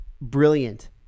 brilliant